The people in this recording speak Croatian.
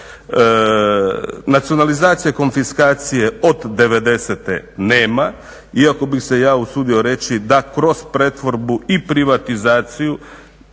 Nacionalizacija konfiskacije od devedesete nema, iako bih se ja usudio reći da kroz pretvorbu i privatizaciju